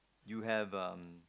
you have um